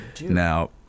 now